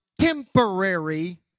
temporary